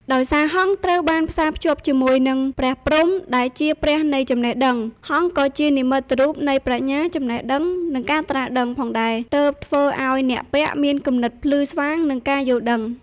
ដោយសារហង្សត្រូវបានផ្សារភ្ជាប់ជាមួយនឹងព្រះព្រហ្ម ដែលជាព្រះនៃចំណេះដឹង ហង្សក៏ជានិមិត្តរូបនៃ ប្រាជ្ញា ចំណេះដឹង និង ការត្រាស់ដឹង ផងដែរ ទើបធ្វើឲ្យអ្នកពាក់មានគំនិតភ្លឺស្វាង និងការយល់ដឹង។